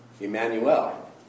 Emmanuel